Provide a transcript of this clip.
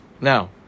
Now